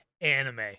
anime